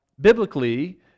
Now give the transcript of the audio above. biblically